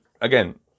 again